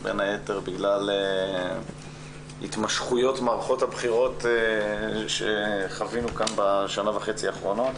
בין היתר בגלל התמשכות מערכות הבחירות שחווינו כאן בשנה וחצי האחרונות.